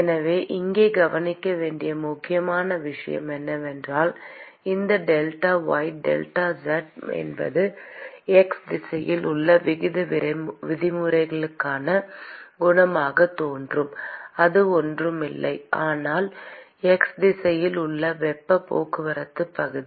எனவே இங்கே கவனிக்க வேண்டிய முக்கியமான விஷயம் என்னவென்றால் இந்த டெல்டா y டெல்டா z என்பது x திசையில் உள்ள விகித விதிமுறைகளுக்கான குணகமாகத் தோன்றும் அது ஒன்றும் இல்லை ஆனால் x திசையில் உள்ள வெப்பப் போக்குவரத்துப் பகுதி